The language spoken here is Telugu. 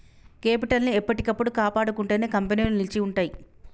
కేపిటల్ ని ఎప్పటికప్పుడు కాపాడుకుంటేనే కంపెనీలు నిలిచి ఉంటయ్యి